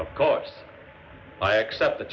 of course i accept the